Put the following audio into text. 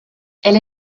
elle